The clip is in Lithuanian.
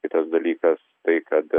kitas dalykas tai kad